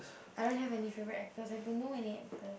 I don't have any favorite actors I don't know any actor